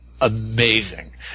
amazing